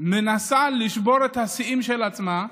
מנסה לשבור את השיאים של עצמה,